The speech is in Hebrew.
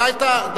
דע את היריב.